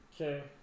okay